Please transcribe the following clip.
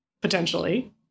potentially